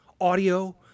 audio